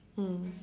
mm